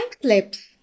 clips